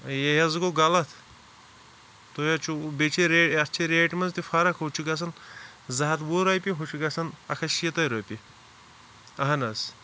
یے حظ گوٚو غلط تُہۍ حظ چھُو بیٚیہِ چھِ رے یَتھ چھِ ریٹہِ منٛز تہِ فرق ہُہ چھُ گژھان زٕ ہَتھ وُہ رۄپیہِ ہُہ چھُ گژھان اَکھ ہَتھ شیٖتَے رۄپیہِ اہن حظ